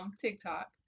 TikTok